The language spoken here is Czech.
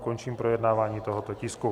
Končím projednávání tohoto tisku.